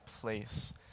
place